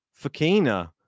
Fakina